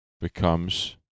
becomes